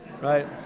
right